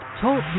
Talk